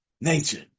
nature